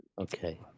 Okay